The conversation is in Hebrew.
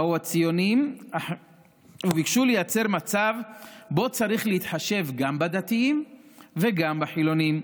באו הציונים וביקשו לייצר מצב שבו צריך להתחשב גם בדתיים וגם בחילונים,